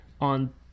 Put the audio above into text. on